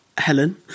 Helen